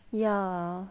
ya